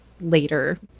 later